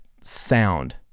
sound